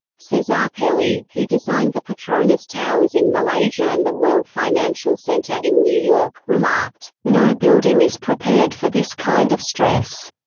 ah pelli, who designed the petronas towers in malaysia and the world financial center in new york, remarked, no building is prepared for this kind of stress.